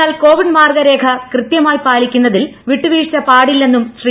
എന്നാൽ കോവിഡ് മാർഗ്ഗരേഖ കൃത്യമായി പാലിക്കുന്നതിൽ വിട്ടുവീഴ്ച പാടില്ലെന്നും ശ്രീ